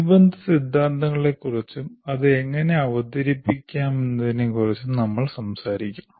അനുബന്ധ സിദ്ധാന്തങ്ങളെക്കുറിച്ചും അത് എങ്ങനെ അവതരിപ്പിക്കാമെന്നതിനെക്കുറിച്ചും നമ്മൾ സംസാരിക്കും